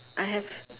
I have